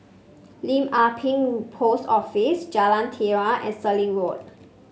Lim Ah Pin Post Office Jalan Telawi and Stirling Road